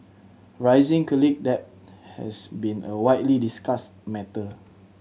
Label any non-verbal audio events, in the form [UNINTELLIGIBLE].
rising [UNINTELLIGIBLE] debt has been a widely discussed matter